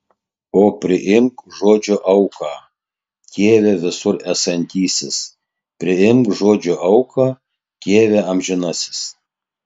o priimk žodžio auką tėve visur esantysis priimk žodžio auką tėve amžinasis